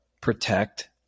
protect